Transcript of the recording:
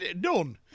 done